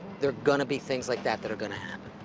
there are gonna be things like that that are gonna happen.